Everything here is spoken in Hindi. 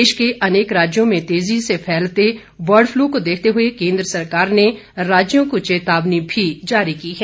देश के अनेक राज्यों में तेजी से फैलते बर्डपलू को देखते हुए केन्द्र सरकार ने राज्यों को चेतावनी भी जारी की है